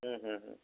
হুম হুম হুম